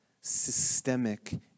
systemic